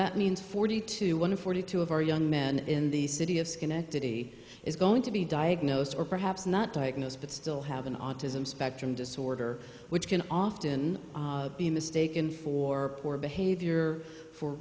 that means forty to one forty two of our young men in the city of schenectady is going to be diagnosed or perhaps not diagnosed but still have an autism spectrum disorder which can often be in the stake in for poor behavior for